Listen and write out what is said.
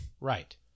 Right